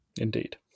Indeed